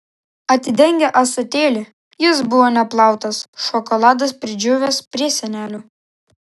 atidengė ąsotėlį jis buvo neplautas šokoladas pridžiūvęs prie sienelių